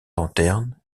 lanterne